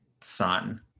son